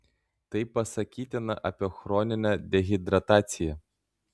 tai pasakytina apie chroninę dehidrataciją